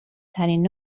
ترین